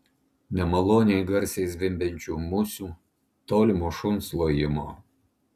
nemaloniai garsiai zvimbiančių musių tolimo šuns lojimo